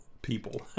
people